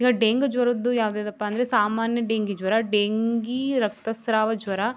ಈಗ ಡೆಂಗು ಜ್ವರದ್ದು ಯಾವ್ದು ಯಾವುದಪ್ಪ ಅಂದರೆ ಸಾಮಾನ್ಯ ಡೆಂಗಿ ಜ್ವರ ಡೆಂಗೀ ರಕ್ತಸ್ರಾವ ಜ್ವರ